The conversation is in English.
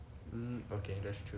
mm okay that's true